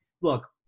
look